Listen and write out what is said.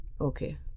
Okay